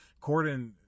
Corden